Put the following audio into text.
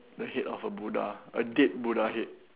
the head of a Buddha a dead Buddha head